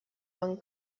one